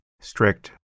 strict